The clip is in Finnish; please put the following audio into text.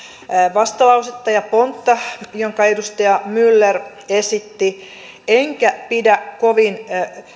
vastalausetta ja pontta jonka edustaja myller esitti enkä pidä kovin